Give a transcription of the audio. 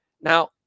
now